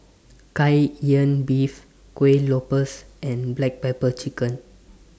Kai Lan Beef Kuih Lopes and Black Pepper Chicken